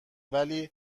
ولی